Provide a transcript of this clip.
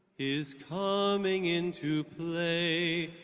is coming into play,